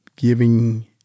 giving